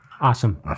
Awesome